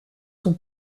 son